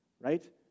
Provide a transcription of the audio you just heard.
right